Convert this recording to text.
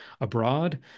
abroad